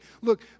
look